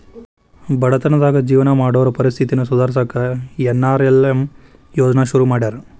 ಬಡತನದಾಗ ಜೇವನ ಮಾಡೋರ್ ಪರಿಸ್ಥಿತಿನ ಸುಧಾರ್ಸಕ ಎನ್.ಆರ್.ಎಲ್.ಎಂ ಯೋಜ್ನಾ ಶುರು ಮಾಡ್ಯಾರ